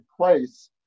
place